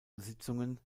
besitzungen